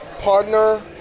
partner